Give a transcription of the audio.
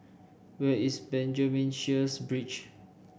where is Benjamin Sheares Bridge